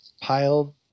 piled